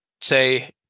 say